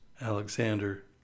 Alexander